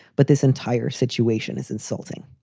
but this entire situation is insulting.